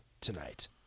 tonight